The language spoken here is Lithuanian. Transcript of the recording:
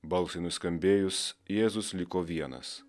balsui nuskambėjus jėzus liko vienas